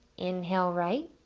inhale right,